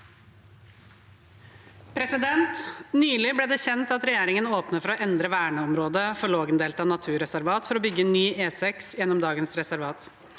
«Nylig ble det kjent at regjeringen åpner for å endre verneområdet for Lågendeltaet naturreservat for å bygge ny E6 gjennom dagens reservat.